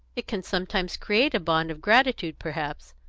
it can sometimes create a bond of gratitude perhaps,